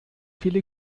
viele